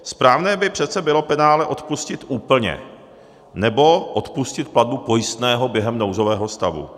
Správné by přece bylo penále odpustit úplně, nebo odpustit platbu pojistného během nouzového stavu.